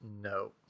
No